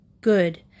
Good